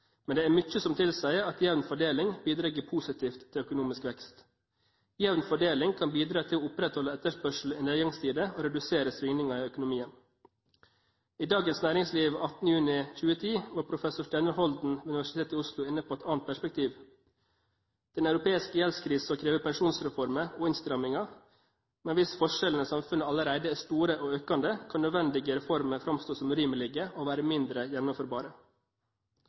Men det er mye som tilsier at jevn fordeling bidrar positivt til økonomisk vekst. Jevn fordeling kan bidra til å opprettholde etterspørsel i nedgangstider og redusere svingninger i økonomien. I Dagens Næringsliv 18. juni 2010 var professor Steinar Holden ved Universitetet i Oslo inne på et annet perspektiv, nemlig at den europeiske gjeldskrisen krever pensjonsreformer og innstramninger. Hvis forskjellene i samfunnet allerede er store og økende, kan nødvendige reformer framstå som urimelige og være mindre gjennomførbare.